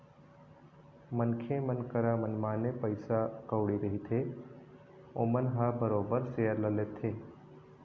मनखे मन करा मनमाने पइसा कउड़ी रहिथे ओमन ह बरोबर सेयर ल लेथे